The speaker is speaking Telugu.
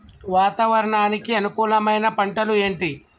వాతావరణానికి అనుకూలమైన పంటలు ఏంటి?